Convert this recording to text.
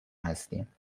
هستیم